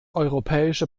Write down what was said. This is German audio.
europäische